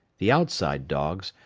the outside dogs,